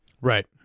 Right